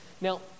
Now